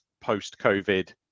post-COVID